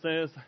says